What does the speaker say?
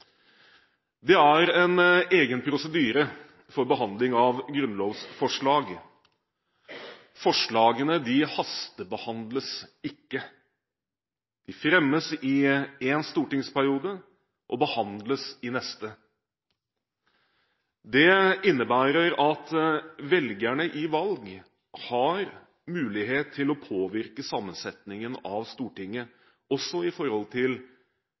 Det er en egen prosedyre for behandling av grunnlovsforslag. Forslagene hastebehandles ikke. De fremmes i én stortingsperiode og behandles i den neste. Det innebærer at velgerne i valg har mulighet til å påvirke sammensetningen av Stortinget også i forhold til